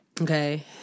Okay